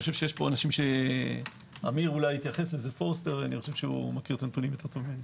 יש פה אנשים - אמיר פוסטר מכיר את הנתונים טוב ממני.